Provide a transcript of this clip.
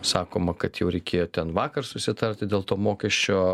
sakoma kad jau reikėjo ten vakar susitarti dėl to mokesčio